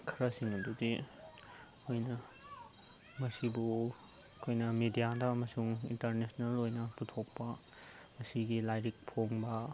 ꯈꯔꯁꯤꯡꯗꯨꯗꯤ ꯑꯩꯈꯣꯏꯅ ꯃꯁꯤꯕꯨ ꯑꯩꯈꯣꯏꯅ ꯃꯦꯗꯤꯌꯥꯗ ꯑꯃꯁꯨꯡ ꯏꯟꯇꯔꯅꯦꯁꯅꯦꯜ ꯑꯣꯏꯅ ꯄꯨꯊꯣꯛꯄ ꯑꯁꯤꯒꯤ ꯂꯥꯏꯔꯤꯛ ꯐꯣꯡꯕ